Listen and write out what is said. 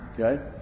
Okay